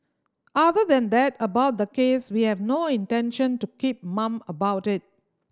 other than that about the case we have no intention to keep mum about it